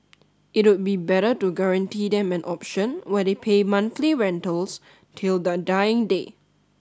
it would be better to guarantee them an option where they pay monthly rentals till their dying day